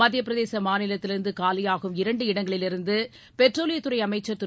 மத்தியப்பிரதேச மாநிலத்திலிருந்து காலியாகும் இரண்டு இடங்களிலிருந்து பெட்ரோலியத்துறை அமைச்சர் திரு